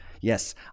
Yes